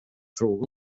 fråga